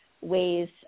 ways